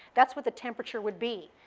that's what the temperature would be.